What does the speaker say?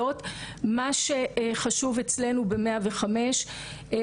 עכשיו המודל שלנו של מוקד שזה עשרים וארבע-שבע,